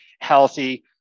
healthy